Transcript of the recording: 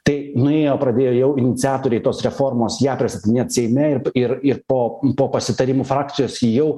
tai nuėjo pradėjo jau iniciatoriai tos reformos ją pristatinėt seime ir ir ir po po pasitarimų frakcijos jau